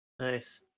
nice